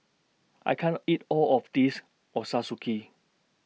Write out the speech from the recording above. I can't eat All of This Ochazuke